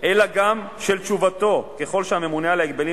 אלא גם של תשובתו ככל שהממונה על ההגבלים